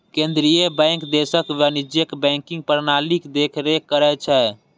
केंद्रीय बैंक देशक वाणिज्यिक बैंकिंग प्रणालीक देखरेख करै छै